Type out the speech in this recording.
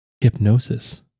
hypnosis